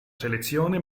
selezione